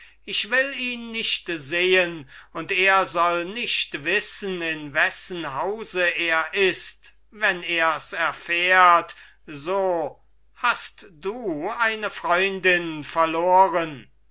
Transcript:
ich will ihn nicht sehen und er soll nicht wissen in wessen hause er ist wenn er's erfährt so hast du eine freundin verloren